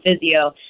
physio